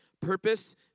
Purpose